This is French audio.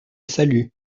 salut